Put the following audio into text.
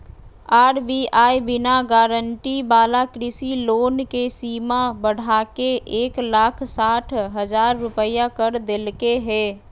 RBI बिना guarantee वाला कृषि लोन के सीमा बढ़ाके एक लाख साठ हजार रुपया कर देलके हें